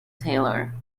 taylor